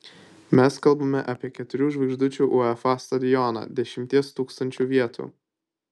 mes kalbame apie keturių žvaigždučių uefa stadioną dešimties tūkstančių vietų